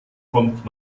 kommt